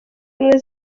ubumwe